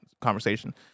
conversation